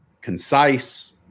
concise